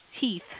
teeth